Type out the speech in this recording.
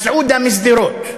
מסעודה משדרות,